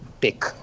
pick